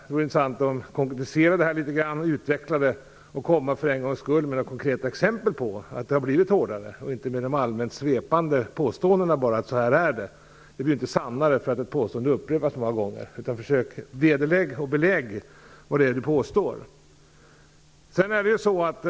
Det vore intressant om hon konkretiserade och utvecklade detta litet grand och för en gång skull kom med konkreta exempel på att det har blivit hårdare i stället för att bara använda sig av svepande formuleringar. Ett påstående blir ju inte sannare bara för att upprepas många gånger. Ragnhild Pohanka borde försöka belägga det hon påstår.